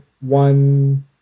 one